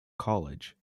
college